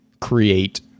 create